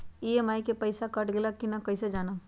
EMI के पईसा कट गेलक कि ना कइसे हम जानब?